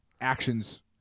actions